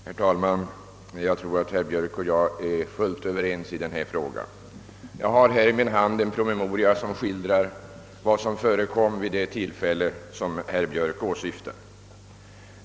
Herr talman! Jag tror att herr Björk i Göteborg och jag är fullt överens i denna fråga. Jag har i min hand en promemoria som skildrar vad som förekom vid det tillfälle som herr Björk åsyftar.